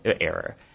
error